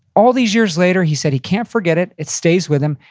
all these years later he said he can't forget it. it stays with him,